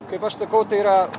kaip aš sakau tai yra